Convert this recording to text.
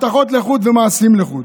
הבטחות לחוד ומעשים לחוד.